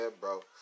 bro